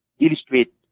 illustrate